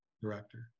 director